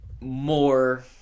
more